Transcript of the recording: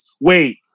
wait